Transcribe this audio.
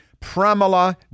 Pramila